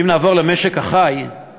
אם נעבור למשק החי, אני